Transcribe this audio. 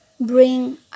bring